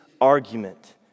argument